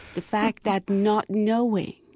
the fact that not knowing